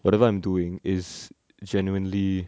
whatever I'm doing is genuinely